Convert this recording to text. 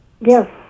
Yes